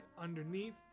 underneath